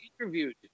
interviewed